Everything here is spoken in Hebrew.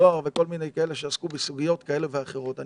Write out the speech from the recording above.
ועדת זוהר ועוד כל מיני שעסקו בסוגיות כאלה ואחרות בעניין.